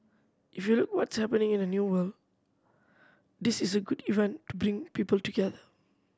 if you look what's happening in the New World this is a good event to bring people together